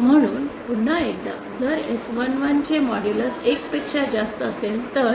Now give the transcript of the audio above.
म्हणून पुन्हा एकदा जर S11 चे मॉड्यूलस 1 पेक्षा जास्त असेल तर